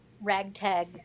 ragtag